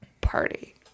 party